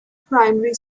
primary